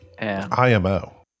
IMO